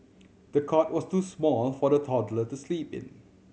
the cot was too small for the toddler to sleep in